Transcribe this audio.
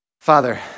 Father